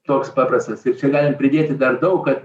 toks paprastas ir čia galim pridėti dar daug kad